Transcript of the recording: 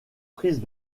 prises